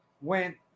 went